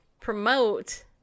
promote